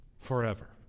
forever